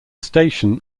station